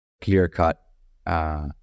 clear-cut